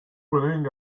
winning